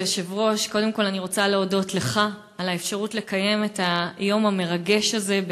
קודם כול אני רוצה להודות לך על האפשרות לקיים את היום המרגש הזה,